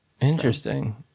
Interesting